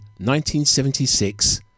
1976